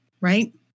right